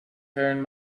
turn